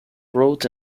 wrote